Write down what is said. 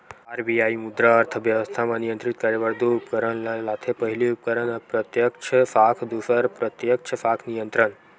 RBI मुद्रा अर्थबेवस्था म नियंत्रित करे बर दू उपकरन ल लाथे पहिली उपकरन अप्रत्यक्छ साख दूसर प्रत्यक्छ साख नियंत्रन